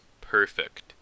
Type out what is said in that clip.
perfect